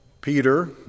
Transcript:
Peter